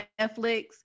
Netflix